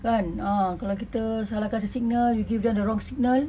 kan ah kalau kita salah kasi signal you give them the wrong signal